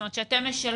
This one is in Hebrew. זאת אומרת שאתם משלמים,